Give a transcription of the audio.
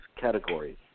categories